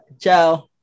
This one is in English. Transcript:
ciao